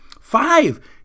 Five